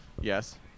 yes